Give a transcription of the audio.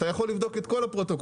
אתה יכול לבדוק את כל הפרוטוקולים.